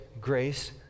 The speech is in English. grace